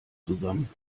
zusammen